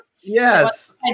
Yes